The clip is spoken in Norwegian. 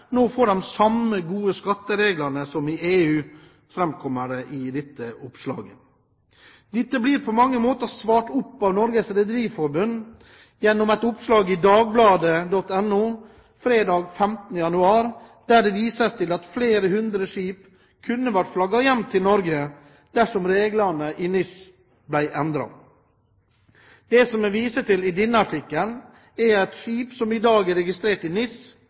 EU. Dette blir på mange måter fulgt opp av Norges Rederiforbund i et oppslag i Dagbladet.no fredag 15. januar, der det vises til at flere hundre skip kunne vært flagget hjem til Norge dersom reglene i NIS ble endret. Det som en viser til i denne artikkelen, er at skip som i dag er registrert i NIS,